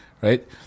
Right